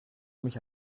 mich